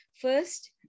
First